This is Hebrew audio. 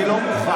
אני לא מוכן.